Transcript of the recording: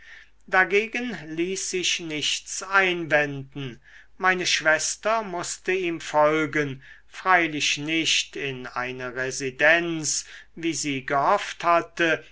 dagegen ließ sich nichts einwenden meine schwester mußte ihm folgen freilich nicht in eine residenz wie sie gehofft hatte